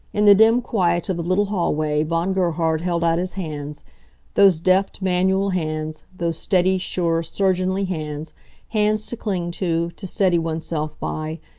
in the dim quiet of the little hallway von gerhard held out his hands those deft, manual hands those steady, sure, surgeonly hands hands to cling to, to steady oneself by,